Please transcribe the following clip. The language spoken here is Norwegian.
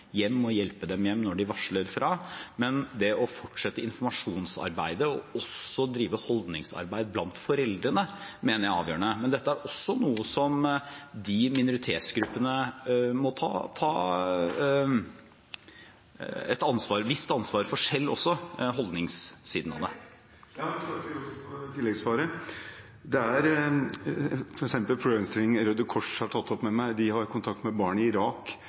hjem og hjelpe dem hjem når de varsler. Det å fortsette informasjonsarbeidet og også å drive holdningsarbeid blant foreldrene mener jeg er avgjørende. Men dette – holdningssiden av det – er noe disse minoritetsgruppene må ta et visst ansvar for selv også. Jeg takker også for tilleggssvaret. En problemstilling f.eks. Røde Kors har tatt opp med meg, er at de har kontakt med barn i Irak,